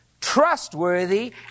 trustworthy